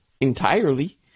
entirely